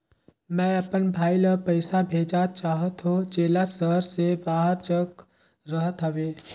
मैं अपन भाई ल पइसा भेजा चाहत हों, जेला शहर से बाहर जग रहत हवे